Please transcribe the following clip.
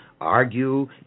argue